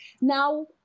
Now